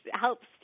helps